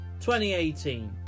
2018